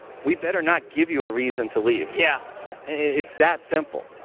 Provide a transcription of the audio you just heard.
we better not give you a reason to leave. yeah it's that simple.